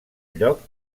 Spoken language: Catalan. lloc